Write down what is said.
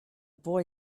boy